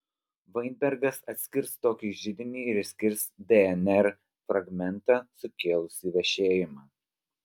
vainbergas atskirs tokį židinį ir išskirs dnr fragmentą sukėlusį vešėjimą